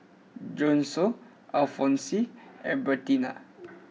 Judson Alfonse and Bertina